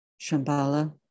Shambhala